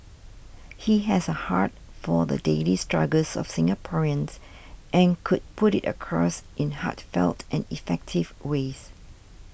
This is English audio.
he has a heart for the daily struggles of Singaporeans and could put it across in heartfelt and effective ways